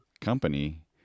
company